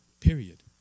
Period